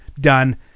done